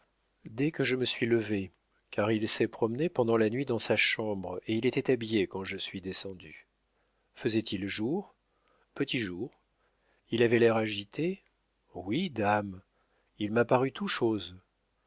dès que je me suis levée car il s'est promené pendant la nuit dans sa chambre et il était habillé quand je suis descendue faisait-il jour petit jour il avait l'air agité oui dam il m'a paru tout chose